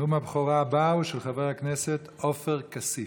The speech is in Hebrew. נאום הבכורה הבא הוא של חבר הכנסת עופר כסיף.